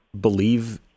believe